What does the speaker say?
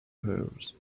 hers